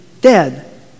dead